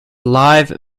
live